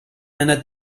einer